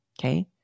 Okay